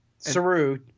Saru